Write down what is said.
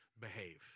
behave